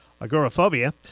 agoraphobia